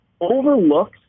overlooks